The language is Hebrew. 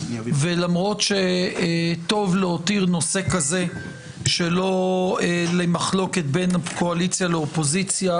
למרות שטוב להותיר נושא כזה שלא למחלוקת בין קואליציה לאופוזיציה,